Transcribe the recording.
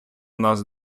нас